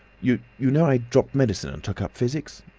you you know i dropped medicine and took up physics?